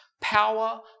power